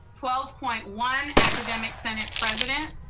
twelve point one, academic senate president.